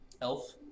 Elf